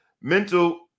mental